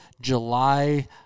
July